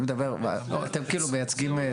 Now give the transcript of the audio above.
אני מדבר, אתם כאילו מייצגים זה.